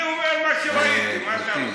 אני אומר מה שראיתי, מה אתה רוצה?